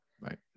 right